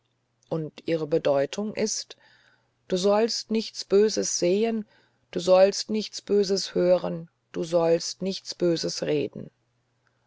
und ihre bedeutung ist du sollst nichts böses sehen du sollst nichts böses hören du sollst nichts böses reden